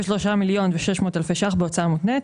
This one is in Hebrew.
ו-3 מיליון ו-600 אלפי ₪ בהוצאה מותנית.